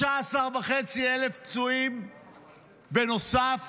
13,500 פצועים בנוסף